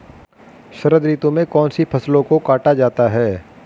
शरद ऋतु में कौन सी फसलों को काटा जाता है?